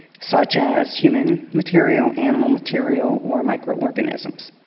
such as human material, animal material, or microorganisms.